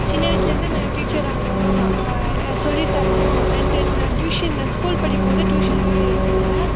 சின்ன வயசுலேந்து நான் டீச்சர் ஆகணும் சொல்லி தரணும் அண்டு நான் டியூஷனு ஸ்கூல் படிக்கும் போது டியூஷன்லாம் எடுத்துயிருக்கேன்